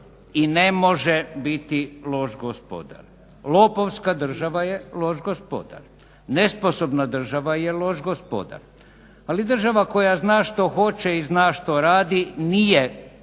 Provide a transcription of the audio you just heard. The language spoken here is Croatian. i ne može biti loš gospodar. Lopovska država je loš gospodar. Nesposobna država je loš gospodar. Ali država koja zna što hoće i zna što radi nije loš